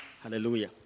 Hallelujah